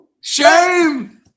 Shame